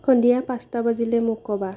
সন্ধিয়া পাঁচটা বাজিলে মোক কবা